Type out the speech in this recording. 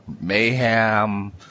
mayhem